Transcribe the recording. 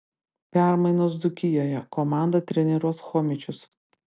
permainos dzūkijoje komandą treniruos chomičius